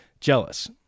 jealous